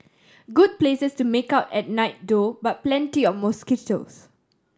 good places to make out at night though but plenty of mosquitoes